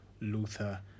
Luther